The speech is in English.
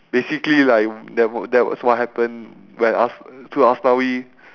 basically like that w~ that was what happen when as~ to aslawi